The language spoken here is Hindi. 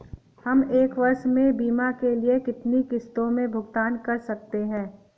हम एक वर्ष में बीमा के लिए कितनी किश्तों में भुगतान कर सकते हैं?